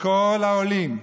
לכל העולים,